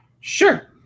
Sure